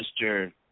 Mr